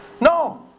No